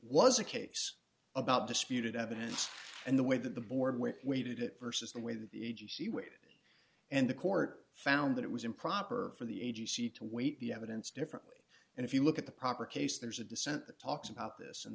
was a case about disputed evidence and the way that the board weighted it versus the way that the agency waited and the court found that it was improper for the agency to weight the evidence differently and if you look at the proper case there's a dissent that talks about this and